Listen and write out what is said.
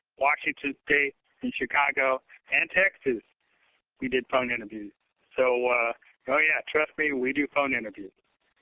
washington state and chicago and texas we did phone interviews. so so yeah. trust me. we do phone interviews.